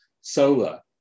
solar